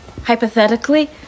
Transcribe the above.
Hypothetically